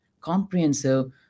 comprehensive